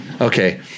Okay